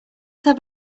have